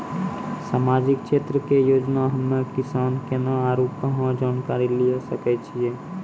समाजिक क्षेत्र के योजना हम्मे किसान केना आरू कहाँ जानकारी लिये सकय छियै?